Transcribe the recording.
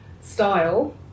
style